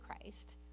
Christ